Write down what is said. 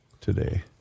today